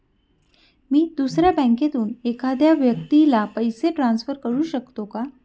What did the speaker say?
मी दुसऱ्या बँकेतून एखाद्या व्यक्ती ला पैसे ट्रान्सफर करु शकतो का?